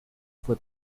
fue